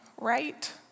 right